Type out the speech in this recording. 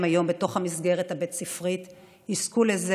היום בתוך המסגרת הבית ספרית הם יזכו לזה